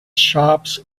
shops